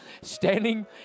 standing